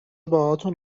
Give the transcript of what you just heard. باهاتون